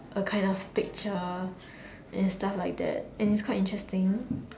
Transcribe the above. a kind of picture and stuff like that and it's quite interesting